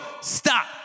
stop